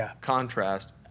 contrast